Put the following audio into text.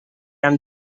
han